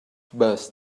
but